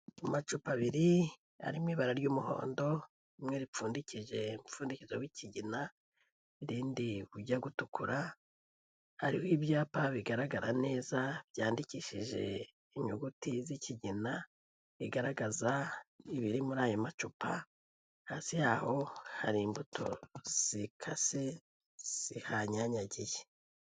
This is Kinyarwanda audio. Amacupa abiri arimo ibara ry'umuhondo, rimwe ripfundikije umupfundikizo w'ikigina, irindi ujya gutukura. Hari ibyapa bigaragara neza byandikishije inyuguti z'ikigina, bigaragaza ibiri muri ayo macupa, hasi yaho hari imbuto zikase zihanyanyagiye.